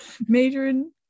majoring